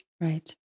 Right